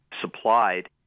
supplied